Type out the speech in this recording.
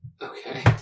Okay